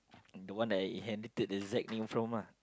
the one that I inherited the Z name from ah